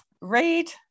read